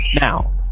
now